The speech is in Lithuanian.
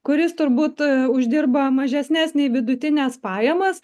kuris turbūt uždirba mažesnes nei vidutines pajamas